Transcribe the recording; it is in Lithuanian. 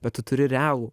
bet tu turi realų